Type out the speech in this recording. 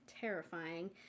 terrifying